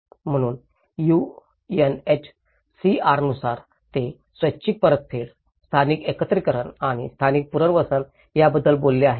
म्हणून यूएनएचसीआर नुसार ते स्वैच्छिक परतफेड स्थानिक एकत्रीकरण आणि स्थानिक पुनर्वसन याबद्दल बोलले आहे